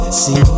see